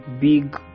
big